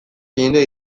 jende